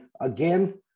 again